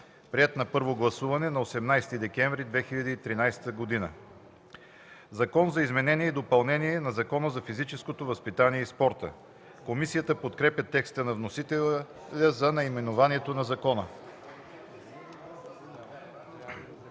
приет на първо гласуване на 18 декември 2013 г. „Закон за изменение и допълнение на Закона за физическото възпитание и спорта”.” Комисията подкрепя текста на вносителя за наименованието на закона.